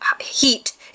heat